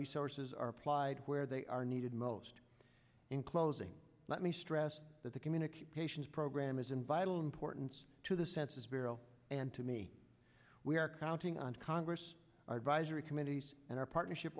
resources are applied where they are needed most in closing let me stress that the communications program is in vital importance to the census bureau and to me we are counting on congress our advisory committees and our partnership